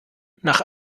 nach